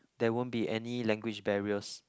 there won't be any language barriers